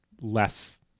less